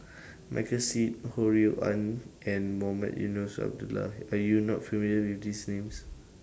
Michael Seet Ho Rui An and Mohamed Eunos Abdullah Are YOU not familiar with These Names